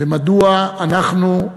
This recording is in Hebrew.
ומדוע אנחנו,